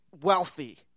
wealthy